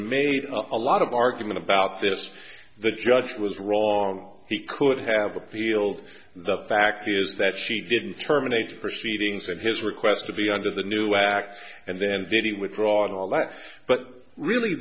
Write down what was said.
made a lot of argument about this the judge was wrong he could have appealed the fact is that she didn't terminate proceedings that his request to be under the new act and then very withdrawn all that but really